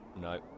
no